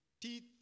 teeth